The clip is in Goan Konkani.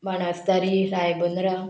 बाणस्तारी रायबंद्रा